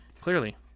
clearly